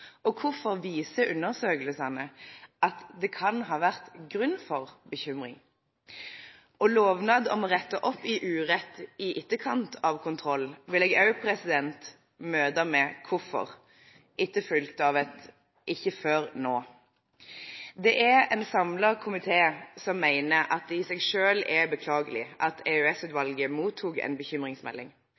og hvorfor viser undersøkelsene at det kan ha vært grunn til bekymring? Og lovnaden om å rette opp i urett i etterkant av kontrollen vil jeg også møte med: «Hvorfor» – etterfulgt av – «ikke før nå?» En samlet komité mener at det i seg selv er beklagelig at EOS-utvalget mottok en bekymringsmelding